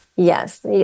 Yes